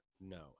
No